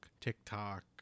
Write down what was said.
TikTok